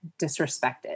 disrespected